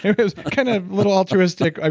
it was kind of little altruistic.